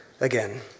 again